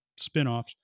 spinoffs